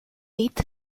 hit